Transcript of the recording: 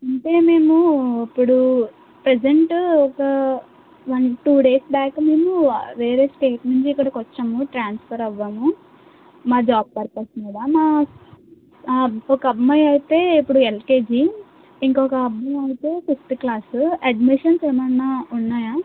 అంటే మేము ఇప్పుడు ప్రెజెంటు ఒక వన్ టూ డేస్ బ్యాక్ మేము వేరే స్టేట్ నుంచి ఇక్కడకి వచ్చాము ట్రాన్స్ఫర్ అవ్వాము మా జాబ్ పర్పస్ మీద మా ఒక్క అమ్మాయి అయితే ఇప్పుడు ఎల్కేజి ఇంకొక అబ్బాయి అయితే ఫిఫ్త్ క్లాసు అడ్మిషన్స్ ఏమైనా ఉన్నాయా